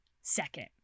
second